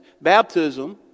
baptism